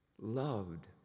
loved